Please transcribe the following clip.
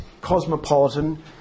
cosmopolitan